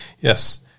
Yes